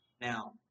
Now